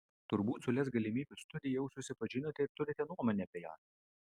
turbūt su lez galimybių studija jau susipažinote ir turite nuomonę apie ją